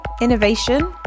innovation